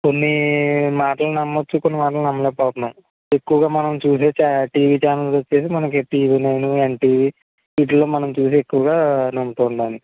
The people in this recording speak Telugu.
కొన్ని మాటలు నమ్మొచ్చు కొన్ని మాటలు నమ్మలేకపోతున్నాం ఎక్కువగా మనం చూసే ఛా టీవీ ఛానల్లు వచ్చేసి మనకి టీవీ నైన్ ఎన్ టీవీ వీటిల్లో మనం చూసి ఎక్కువగా నమ్ముతుంటాం